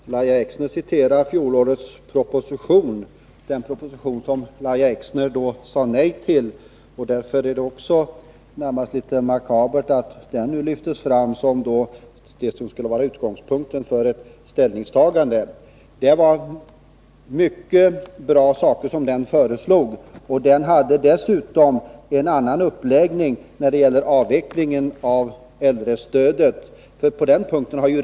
Fru talman! Lahja Exner återger vad som anfördes i fjolårets proposition, den proposition som hon då sade nej till. Därför är det närmast makabert att den nu lyfts fram som den riktiga utgångspunkten för ett ställningstagande. Många bra saker föreslogs i den propositionen, som dessutom hade en annan uppläggning är den nu föreslagna när det gällde den framtida avvecklingen av äldrestödet.